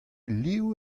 liv